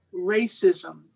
racism